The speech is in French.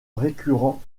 récurrent